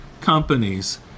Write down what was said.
companies